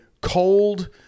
cold